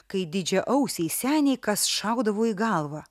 kai didžiaausei senei kas šaudavo į galvą